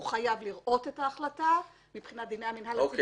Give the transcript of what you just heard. הוא חייב לראות את ההחלטה מבחינת דיני המינהל הציבורי.